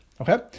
okay